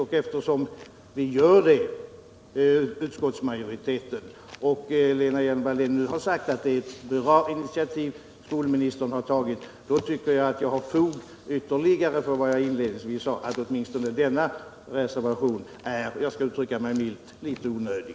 Och eftersom vi gör det och eftersom Lena Hjelm-Wallén nu har sagt att det är ett bra initiativ som skolministern har tagit, finner jag att jag har ytterligare fog för det uttalande som jag gjorde inledningsvis, nämligen att åtminstone denna reservation var — jag skall uttrycka mig milt — litet onödig.